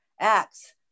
acts